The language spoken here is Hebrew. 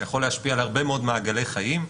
זה יכול להשפיע על הרבה מאוד מעגלי חיים,